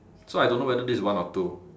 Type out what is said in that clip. so I don't know whether this is one or two